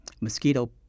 mosquito